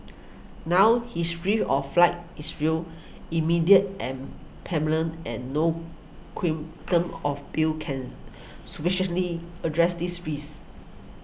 now his of flight is real immediate and and no quantum of bill can sufficiently address this rays